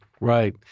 Right